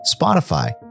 Spotify